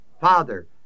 father